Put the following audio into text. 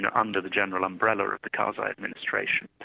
and under the general umbrella of the karzai administration.